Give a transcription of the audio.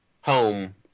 home